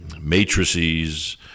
matrices